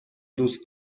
دوست